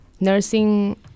nursing